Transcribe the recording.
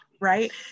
right